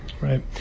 Right